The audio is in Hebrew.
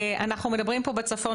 אנחנו מדברים פה בצפון,